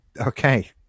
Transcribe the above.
Okay